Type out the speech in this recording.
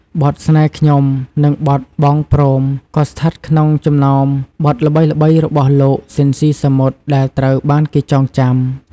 បទ"ស្នេហ៍ខ្ញុំ" និងបទ "បងព្រម" ក៏ស្ថិតក្នុងចំណោមបទល្បីៗរបស់លោក ស៊ីន ស៊ីសាមុត ដែលត្រូវបានគេចងចាំ។